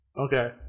okay